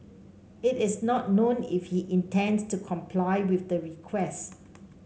it is not known if he intends to comply with the request